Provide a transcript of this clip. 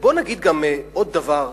בואו נגיד עוד דבר,